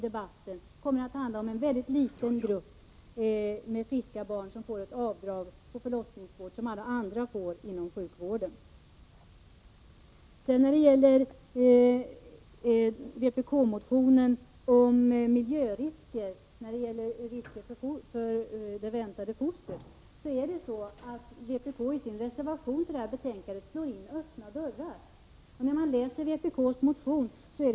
Den kommer att innebära att en väldigt liten grupp, med friska barn, får ett avdrag för förlossningsvård motsvarande det avdrag som alla andra får när det gäller sjukhusvård. Så till vpk:s motion om risk för fosterskador på grund av faktorer i arbetsmiljön. Med sin reservation på den här punkten slår faktiskt vpk in öppnar dörrar.